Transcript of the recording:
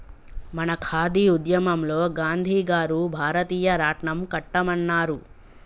మన ఖాదీ ఉద్యమంలో గాంధీ గారు భారతీయ రాట్నం కట్టమన్నారు